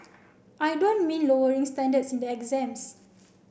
I don't mean lowering standards in the exams